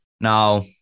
Now